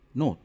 no